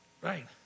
Right